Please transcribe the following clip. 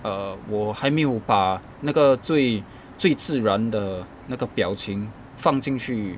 err 我还没有把那个最最自然的那个表情放进去